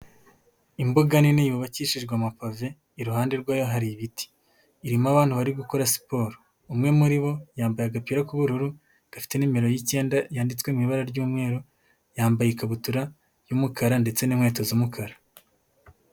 Imbuga nini yubakishijwe amapave, iruhande rwayo hari ibiti. Irimo abantu bari gukora siporo. Umwe muri bo yambaye agapira k'ubururu, gafite nimero y'icyenda yanditswe mu ibara ry'umweru, yambaye ikabutura y'umukara ndetse n'inkweto z'umukara.